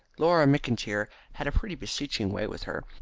laura mcintyre had a pretty beseeching way with her,